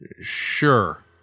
Sure